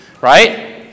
Right